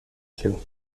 cloud